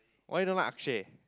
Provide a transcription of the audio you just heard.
why you don't like Akshay